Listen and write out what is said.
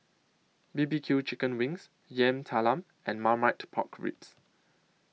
B B Q Chicken Wings Yam Talam and Marmite Pork Ribs